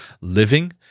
living